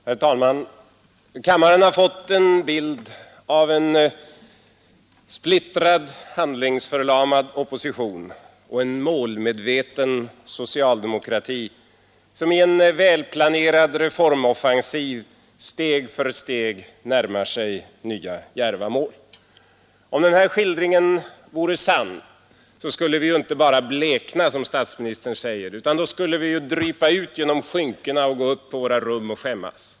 Herr talman! Kammaren har fått en bild av en splittrad, handlingsförlamad opposition och en målmedveten socialdemokrati, som i en välplanerad reformoffensiv steg för steg närmar sig nya djärva mål. Om den här skildringen vore sann så skulle vi inte bara blekna, som statsministern säger, utan då skulle vi drypa ut genom skynkena och gå upp på våra rum och skämmas.